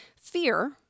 fear